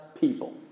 people